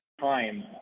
Time